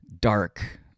dark